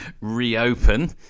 reopen